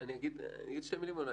אני אומר שתי מלים.